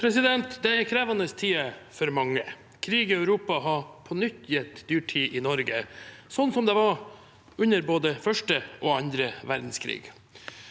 Det er krevende ti- der for mange. Krig i Europa har på nytt gitt dyrtid i Norge, sånn som det var under både første og annen verdenskrig.